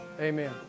amen